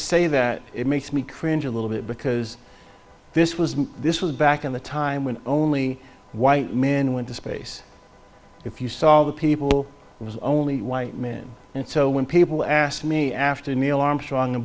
say that it makes me cringe a little bit because this was this was back in the time when only white men went to space if you saw all the people it was only white men and so when people asked me after neil armstrong a